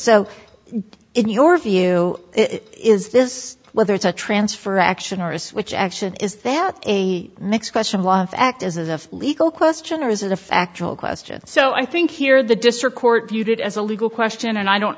so in your view it is this whether it's a transfer action or a switch action is that a mix question was act as a legal question or is it a factual question so i think here the district court viewed it as a legal question and i don't